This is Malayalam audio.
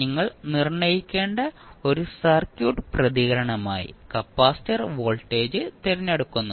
നിങ്ങൾ നിർണ്ണയിക്കേണ്ട ഒരു സർക്യൂട്ട് പ്രതികരണമായി കപ്പാസിറ്റർ വോൾട്ടേജ് തിരഞ്ഞെടുക്കുന്നു